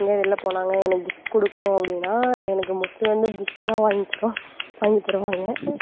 எங்கேயாது வெளில போனாங்க எனக்கு கிஃப்ட் கொடுக்குணும் அப்படின்னா எனக்கு மோஸ்ட்லி வந்து புக்கு தான் வாங்கி தருவா வாங்கி தருவாங்க